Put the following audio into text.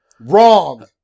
Wrong